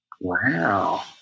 Wow